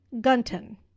Gunton